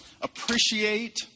appreciate